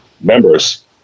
members